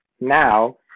now